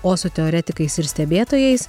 o su teoretikais ir stebėtojais